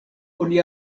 oni